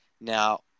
Now